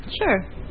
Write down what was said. Sure